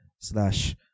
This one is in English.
slash